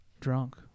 drunk